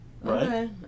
right